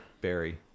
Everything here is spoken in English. Barry